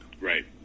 Right